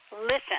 listen